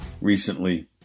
recently